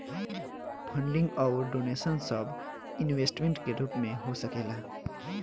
funding अउर donation सब investment के रूप में हो सकेला